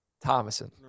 Thomason